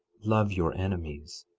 love your enemies,